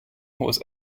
was